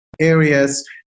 areas